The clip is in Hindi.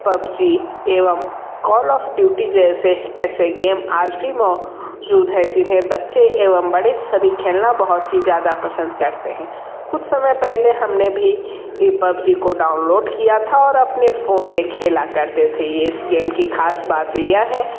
पबजी एवं कॉल ऑफ ड्यूटी जैसे ऐसे गेम आज भी मौ जूद हैं जिन्हें बच्चे एवं बड़े सभी खेलना बहुत ही ज़्यादा पसंद करते हैं कुछ समय पहले हम ने भी ये पबजी को डाउनलोड किया था और अपने फ़ोन में खेला करते थे ये इस गेम की ख़ास बात यह है